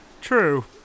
True